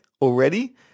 already